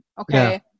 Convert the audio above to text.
okay